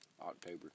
October